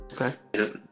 okay